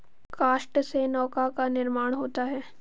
काष्ठ से नौका का निर्माण होता है